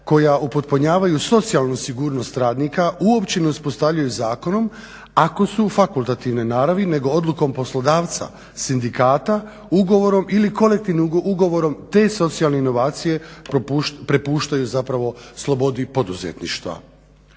koja upotpunjavaju socijalnu sigurnost radnika uopće ne uspostavljaju zakonom ako su fakultativne naravi nego odlukom poslodavca sindikata, ugovorom ili kolektivnim ugovorom te socijalne inovacije prepuštaju zapravo slobodi poduzetništva.